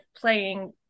playing